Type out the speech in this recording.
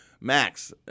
Max